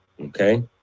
okay